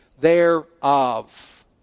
thereof